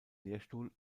lehrstuhl